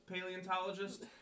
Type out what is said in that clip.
paleontologist